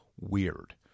Weird